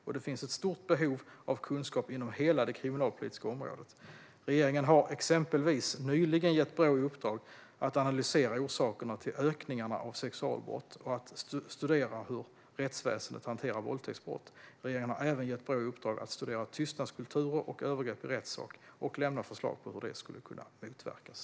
Och det finns ett stort behov av kunskap inom hela det kriminalpolitiska området. Regeringen har exempelvis nyligen gett Brå i uppdrag att analysera orsakerna till ökningarna av sexualbrott och att studera hur rättsväsendet hanterar våldtäktsbrott. Regeringen har även gett Brå i uppdrag att studera tystnadskulturer och övergrepp i rättssak och lämna förslag på hur det skulle kunna motverkas.